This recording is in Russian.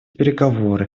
переговоры